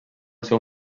seu